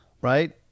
Right